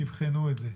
תבחנו את זה.